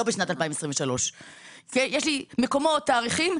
לא בשנת 2023. יש לי מקומות, תאריכים.